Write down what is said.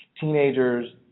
teenagers